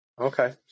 okay